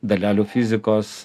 dalelių fizikos